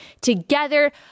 together